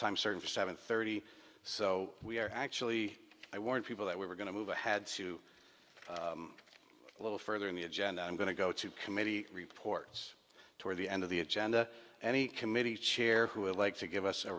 time certain for seven thirty so we are actually i warned people that we were going to move ahead to a little further in the agenda i'm going to go to committee reports toward the end of the agenda any committee chair who would like to give us a